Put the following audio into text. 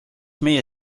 meie